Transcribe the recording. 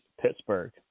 Pittsburgh